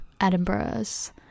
Edinburgh's